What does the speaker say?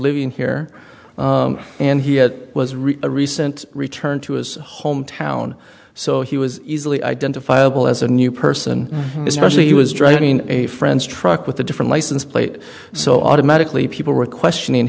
living here and he had was really a recent return to his hometown so he was easily identifiable as a new person especially he was driving a friend's truck with a different license plate so automatically people were questioning